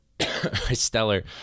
stellar